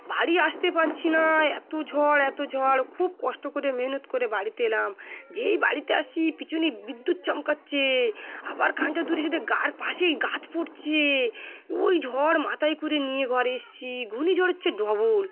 বাড়ি আসতে পারছি না এত ঝড় এত ঝড় খুব কষ্ট করে মেহনত করে বাড়িতে এলাম যেই বাড়িতে আসছি পিছনে বিদ্যুৎ চমকাচ্ছে আবার খানিকটা দূরে এসে দেখি গা পাশেই গাছ পড়ছে ওই ঝড় মাথায় করে নিয়ে ঘরে এসেছি ঘূর্ণি ঝড় হচ্ছে ডবল